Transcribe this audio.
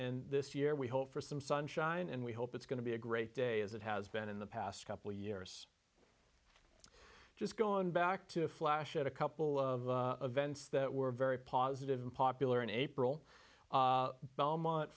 and this year we hope for some sunshine and we hope it's going to be a great day as it has been in the past couple of years just going back to flash at a couple of events that were very positive popular in april belmont